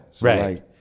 Right